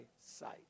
sight